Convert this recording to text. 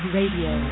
Radio